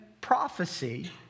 prophecy